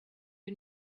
you